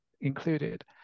included